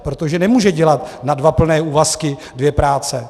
Protože nemůže dělat na dva plné úvazky dvě práce.